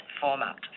format